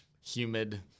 humid